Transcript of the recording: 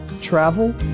travel